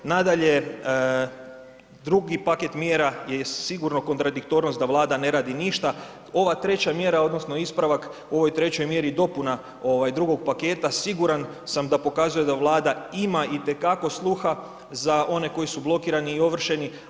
Nadalje, drugi paket mjera je sigurno kontradiktornost da Vlada ne radi ništa, ova treća mjera odnosno ispravak u ovoj trećoj mjeri i dopuna drugog paketa siguran sam da pokazuje da Vlada ima itekako sluha za one koji su blokirani i ovršeni.